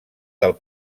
del